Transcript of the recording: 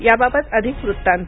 याबाबत अधिक वृत्तांत